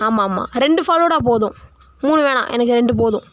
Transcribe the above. ஆமாம் ஆமாம் ரெண்டு ஃபலூடா போதும் மூணு வேணாம் எனக்கு ரெண்டு போதும்